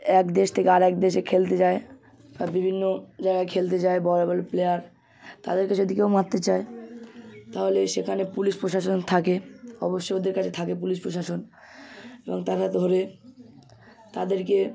এক দেশ থেকে আর এক দেশে খেলতে যায় বা বিভিন্ন জায়গায় খেলতে যায় বড় বড় প্লেয়ার তাদেরকে যদি কেউ মারতে চায় তাহলেই সেখানে পুলিশ প্রশাসন থাকে অবশ্য ওদের কাছে থাকে পুলিশ প্রশাসন এবং তারা ধরে তাদেরকে